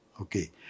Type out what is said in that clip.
Okay